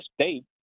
state